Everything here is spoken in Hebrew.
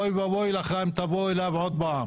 אוי ואבוי לך אם תבוא אליו שוב.